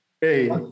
Hey